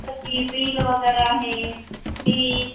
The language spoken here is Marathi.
जसं की बील वगैरे आहे वीज